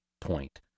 point